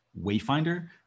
Wayfinder